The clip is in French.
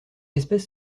espèce